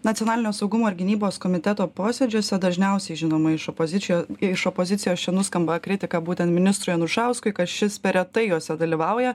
nacionalinio saugumo ir gynybos komiteto posėdžiuose dažniausiai žinoma iš opozičijo iš opozicijos čia nuskamba kritika būtent ministrui anušauskui kad šis per retai juose dalyvauja